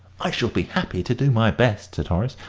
i shall be happy to do my best, said horace,